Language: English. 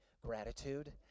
gratitude